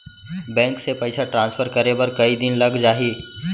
Bank से पइसा transfer करे बर कई दिन लग जाही?